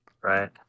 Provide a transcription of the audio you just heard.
Right